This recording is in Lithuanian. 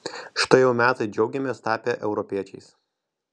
štai jau metai džiaugiamės tapę europiečiais